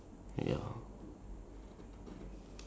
no no your at the back of your paper